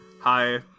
Hi